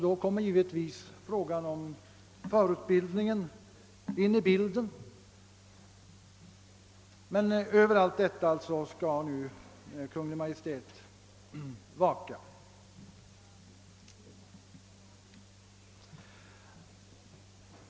Då kommer givetvis även frågan om förutbildningen in i sammanhanget. Men över allt detta skall nu Kungl. Maj:t vaka.